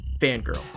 Fangirl